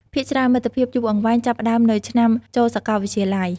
ភាគច្រើន មិត្តភាពយូរអង្វែង ចាប់ផ្តើមនៅឆ្នាំចូលសាកលវិទ្យាល័យ។